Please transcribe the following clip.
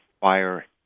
fire